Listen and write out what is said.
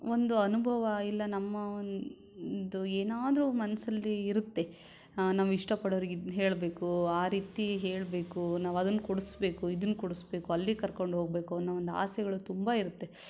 ಒಂದು ಅನುಭವ ಇಲ್ಲ ನಮ್ಮ ಒಂದು ಏನಾದರೂ ಮನಸ್ಸಲ್ಲಿ ಇರುತ್ತೆ ನಾವು ಇಷ್ಟಪಡೋರಿಗೆ ಇದು ಹೇಳಬೇಕು ಆ ರೀತಿ ಹೇಳಬೇಕು ನಾವು ಅದನ್ನ ಕೊಡಿಸ್ಬೇಕು ಇದನ್ನ ಕೊಡಿಸ್ಬೇಕು ಅಲ್ಲಿಗೆ ಕರ್ಕೊಂಡು ಹೋಗಬೇಕು ಅನ್ನೋ ಒಂದು ಆಸೆಗಳು ತುಂಬಾ ಇರುತ್ತೆ